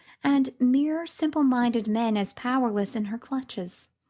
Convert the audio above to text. and mere simple-minded man as powerless in her clutches.